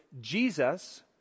Jesus